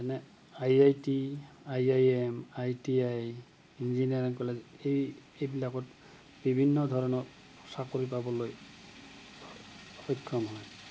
যেনে I I T I I M I T I engineering college এই এইবিলাকত বিভিন্ন ধৰণৰ চাকৰি পাবলৈ সক্ষম হয়